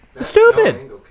Stupid